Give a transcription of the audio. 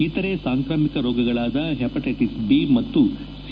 ಇತರೆ ಸಾಂಕ್ರಾಮಿಕ ರೋಗಗಳಾದ ಹೆಪಟ್ಟಿಟಸ್ ಬಿ ಮತ್ತು ಸಿ